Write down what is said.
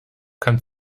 kann